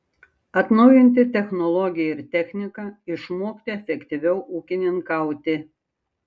atnaujinti technologiją ir techniką išmokti efektyviau ūkininkauti